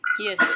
Yes